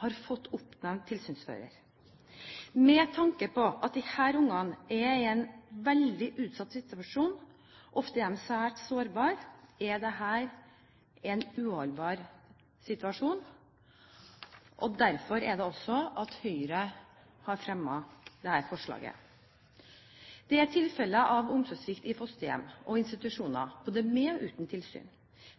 har fått oppnevnt tilsynsfører. Med tanke på at disse barna er i en veldig utsatt situasjon, ofte er de svært sårbare, er dette uholdbart, og derfor er det også at Høyre har fremmet dette forslaget. Det er tilfeller av omsorgssvikt i fosterhjem og institusjoner både med og uten tilsyn.